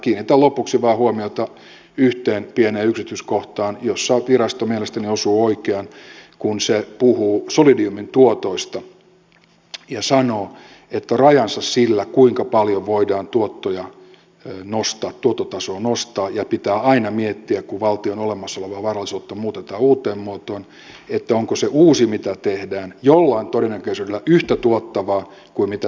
kiinnitän lopuksi vain huomiota yhteen pieneen yksityiskohtaan jossa virasto mielestäni osuu oikeaan kun se puhuu solidiumin tuotoista ja sanoo että rajansa sillä kuinka paljon voidaan tuottotasoa nostaa ja pitää aina miettiä kun valtion olemassa olevaa varallisuutta muutetaan uuteen muotoon onko se uusi mitä tehdään jollain todennäköisyydellä yhtä tuottavaa kuin se vanha on